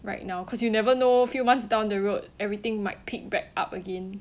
right now cause you never know few months down the road everything might pick back up again